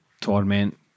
torment